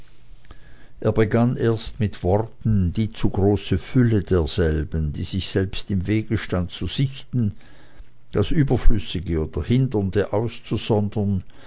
er begann erst mit worten die zu große fülle desselben die sich selbst im wege stand zu sichten das überflüssige oder hindernde auszusondern